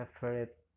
favorite